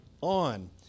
on